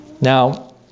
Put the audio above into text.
Now